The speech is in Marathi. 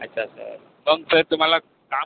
अच्छा सर मग सर तुम्हाला काम